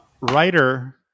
writer